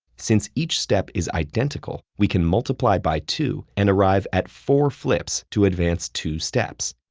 since each step is identical, we can multiply by two and arrive at four flips to advance two steps.